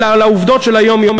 על העובדות של היום-יום,